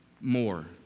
more